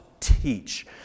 teach